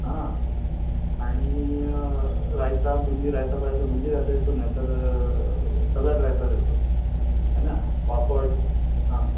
आणि रायता बुंदी रायता पाहिजे तर बुंदी रायता देतो नाहीतर सलाड रायता देतो आहे ना पापड